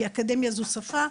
כי אקדמיה זו שפה,